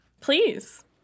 Please